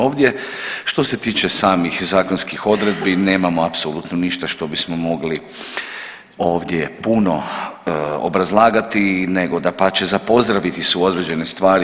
Ovdje što se tiče samih zakonskih odredbi nemamo apsolutno ništa što bismo mogli ovdje puno obrazlagati, nego dapače za pozdraviti su određene stvari.